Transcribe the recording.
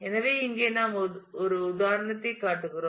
எனவே இங்கே நாம் ஒரு உதாரணத்தைக் காட்டுகிறோம்